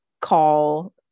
call